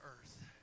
earth